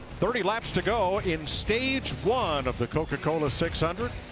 thirty laps to go in stage one of the coca-cola six hundred.